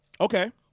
Okay